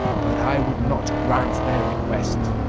but i would not grant their request.